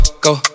go